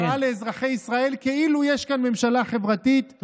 מראה לאזרחי ישראל כאילו יש כאן ממשלה חברתית,